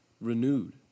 renewed